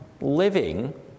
living